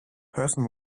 person